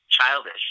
childish